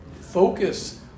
focus